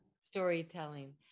storytelling